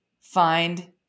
find